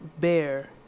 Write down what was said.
bear